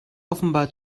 offenbar